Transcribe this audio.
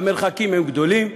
המרחקים הם גדולים.